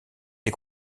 des